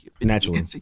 naturally